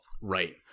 right